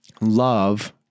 love